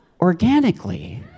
Organically